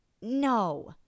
No